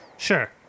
Sure